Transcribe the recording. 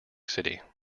city